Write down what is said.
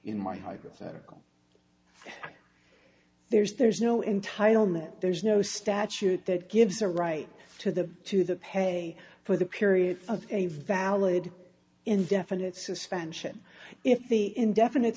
in my hypothetical there's there's no in taiwan that there's no statute that gives a right to the to the pay for the period of a valid indefinite suspension if the indefinite